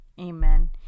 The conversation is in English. Amen